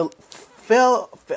fell